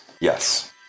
Yes